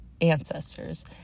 ancestors